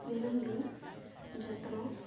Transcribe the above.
ᱫᱤᱱᱟᱹᱢ ᱫᱤᱱ ᱡᱚᱛᱱᱚ